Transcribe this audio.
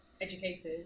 educators